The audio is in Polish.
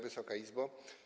Wysoka Izbo!